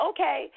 Okay